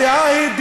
יש הבדל בין,